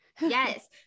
yes